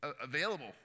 available